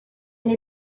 elle